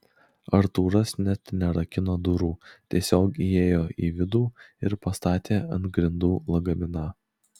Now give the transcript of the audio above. artūras net nerakino durų tiesiog įėjo į vidų ir pastatė ant grindų lagaminą